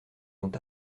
dont